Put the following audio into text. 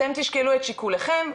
אתם תשקלו את שיקוליכם,